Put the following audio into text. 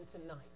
tonight